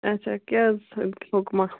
اَچھا کیٛاہ حظ حُکما